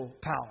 power